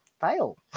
fail